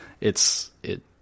it's—it